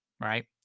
right